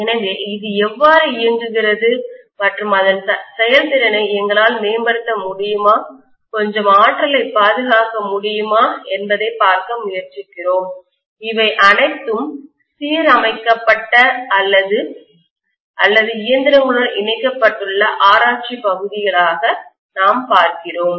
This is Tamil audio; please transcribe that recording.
எனவே இது எவ்வாறு இயங்குகிறது மற்றும் அதன் செயல்திறனை எங்களால் மேம்படுத்த முடியுமா கொஞ்சம் ஆற்றலைப் பாதுகாக்க முடியுமா என்பதைப் பார்க்க முயற்சிக்கிறோம் இவை அனைத்தும் சீரமைக்கப்பட்ட அல்லது இயந்திரங்களுடன் இணைக்கப்பட்டுள்ள ஆராய்ச்சிப் பகுதிகளாக நாம் பார்க்கிறோம்